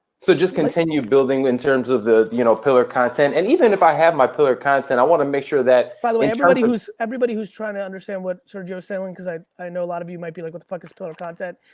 so just continue building in terms of the you know pillar content, and even if i have my pillar content, i wanna make sure that by the way, everybody whose everybody whose trying to understand what sergio's saying, because i i know a lot of you might be like, what the fuck is pillar content?